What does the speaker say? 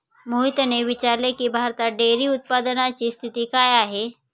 मोहितने विचारले की, भारतात डेअरी उत्पादनाची स्थिती काय आहे?